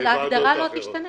אבל ההגדרה לא תשתנה.